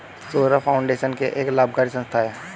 Saurabh foundation एक गैर लाभकारी संस्था है